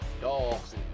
dogs